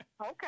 Okay